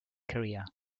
career